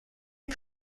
est